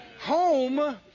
Home